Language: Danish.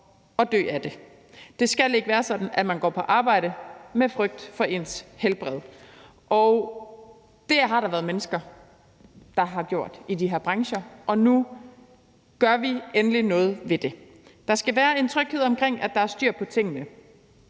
at dø af det. Det skal ikke være sådan, at man går på arbejde med en frygt for ens helbred. Det har der været mennesker der har gjort i de her brancher, og nu gør vi endelig noget ved det. Der skal være en tryghed omkring, at der er styr på tingene,